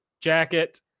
jacket